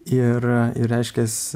ir ir reiškias